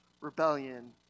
rebellion